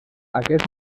aquest